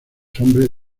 hombres